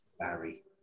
Barry